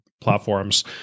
platforms